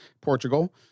Portugal